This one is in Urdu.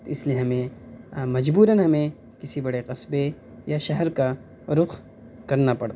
تو اس لیے ہمیں مجبوراً ہمیں کسی بڑے قصبے یا شہر کا رخ کرنا پڑتا ہے